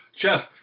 Jeff